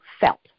felt